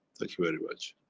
thank you very much.